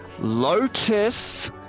Lotus